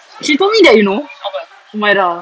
she told me that you know umirah